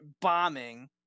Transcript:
bombing